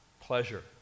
Pleasure